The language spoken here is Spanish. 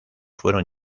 fueron